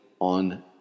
on